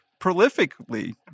prolifically